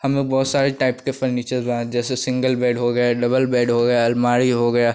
हम लोग बहुत सारे टाइप के फर्नीचर बना जैसे सेप सिंगल बेड हो गए डबल बेड हो गए अलमारी हो गया